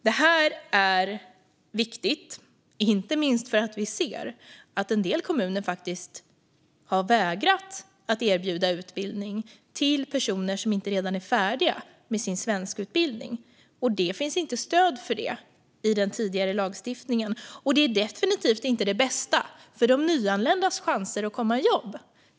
Det här är viktigt, inte minst för att vi ser att en del kommuner faktiskt har vägrat att erbjuda utbildning till personer som inte redan är färdiga med sin svenskutbildning. Det finns inte stöd för det i den tidigare lagstiftningen, och det är definitivt inte det bästa för de nyanländas chanser att komma i jobb.